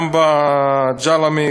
גם באל-ג'למה,